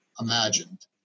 imagined